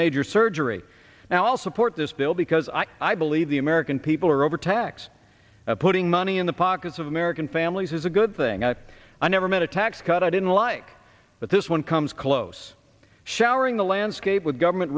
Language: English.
major surgery now all support this bill because i i believe the american people are overtaxed putting money in the pockets of american families is a good thing i've never met a tax cut i didn't like but this one comes close showering the landscape with government